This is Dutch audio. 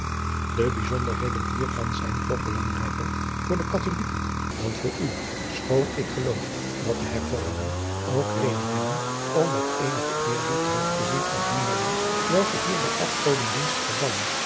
de bijzonderheden hier van zijn toch belangrijker voor de katholijken dan voor u schoon ik geloof dat de hervormden ook readriaan loosjes pzn het leven van hillegonda buisman den hebben om met eenigen eerbied terug te zien op die mannen welke hier den